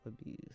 abuse